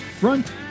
front